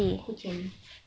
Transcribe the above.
kucing